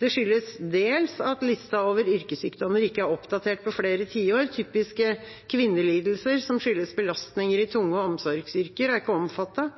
Det skyldes dels at lista over yrkessykdommer ikke er oppdatert på flere tiår. Typiske kvinnelidelser som skyldes belastninger i tunge omsorgsyrker, er ikke omfattet.